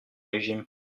régime